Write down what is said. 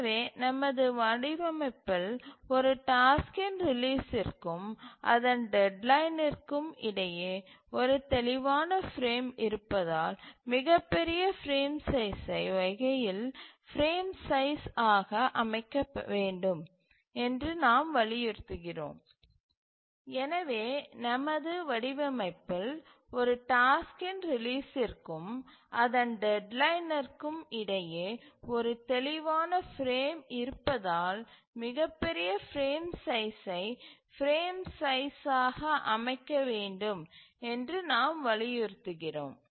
எனவே நமது வடிவமைப்பில் ஒரு டாஸ்க்கின் ரிலீஸ்சிற்கும் அதன் டெட்லைனிற்கும் இடையே ஒரு தெளிவான பிரேம் இருப்பதால் மிகப்பெரிய பிரேம் சைஸ்சை வகையில் பிரேம் சைஸ் ஆக அமைக்க வேண்டும் என்று நாம் வலியுறுத்துகிறோம்